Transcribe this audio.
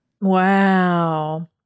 Wow